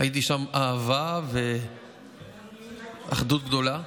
ראיתי שם אהבה ואחדות גדולה.